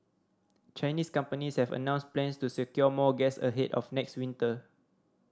Chinese companies have announced plans to secure more gas ahead of next winter